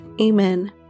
Amen